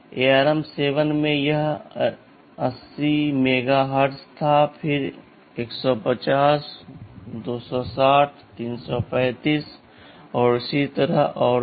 ARM7 में यह 80 MHz था फिर 150 260 335 और इसी तरह और भी